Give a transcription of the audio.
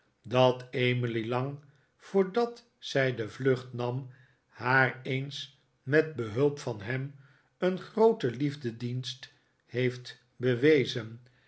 dat emily lang voordat zij de vlucht nam haar eens met behulp van ham een grooten liefdedienst heeft bewezen